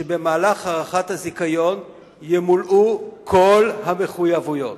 שבמהלך הארכת הזיכיון ימולאו כל המחויבויות.